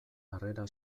harrera